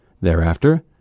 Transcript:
Thereafter